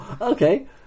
okay